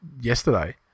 yesterday